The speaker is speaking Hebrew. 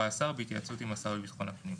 השר בהתייעצות עם השר לבטחון הפנים.